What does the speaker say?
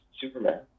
superman